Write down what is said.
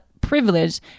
privilege